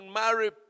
marry